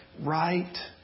Right